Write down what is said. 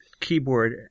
keyboard